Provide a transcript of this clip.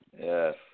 Yes